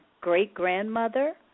great-grandmother